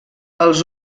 els